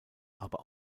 aber